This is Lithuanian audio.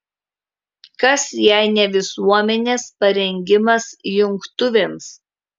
kas jei ne visuomenės parengimas jungtuvėms